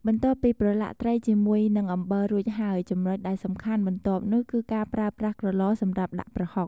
បន្ទាប់ពីប្រឡាក់ត្រីជាមួយនឹងអំបិលរួចហើយ ចំណុចដែលសំខាន់បន្ទាប់នោះគឺការប្រើប្រាស់ក្រឡសម្រាប់ដាក់ប្រហុក។